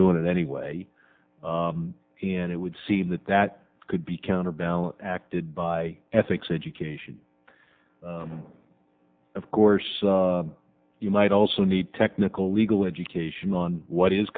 doing it anyway and it would seem that that could be counterbalance acted by ethics education of course you might also need technical legal education on what is